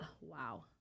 wow